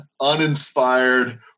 uninspired